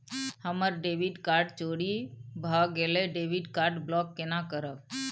हमर debit card चोरी भगेलै डेबिट कार्ड ब्लॉक केना करब?